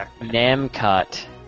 Namcot